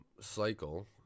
cycle